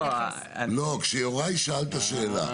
לא, כשיוראי שאל את השאלה.